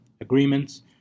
agreements